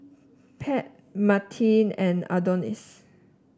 Pat Mattie and Adonis